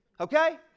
Okay